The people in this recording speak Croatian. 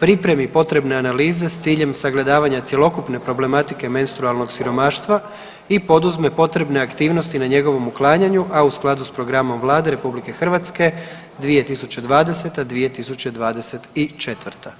pripremi potrebne analize s ciljem sagledavanja cjelokupne problematike menstrualnog siromaštva i poduzme potrebne aktivnosti na njegovom uklanjanju, a u skladu s programom Vlade RH 2020.-2024.